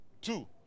two